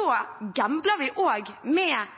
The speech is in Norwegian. Da gambler vi også med